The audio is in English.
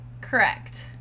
Correct